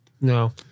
No